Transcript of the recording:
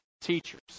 teachers